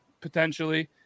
potentially